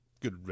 good